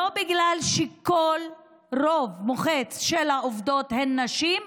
אי-אפשר, בגלל שהרוב המוחץ של העובדות הן נשים,